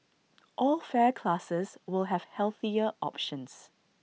all fare classes will have healthier options